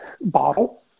Bottle